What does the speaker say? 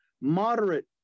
moderate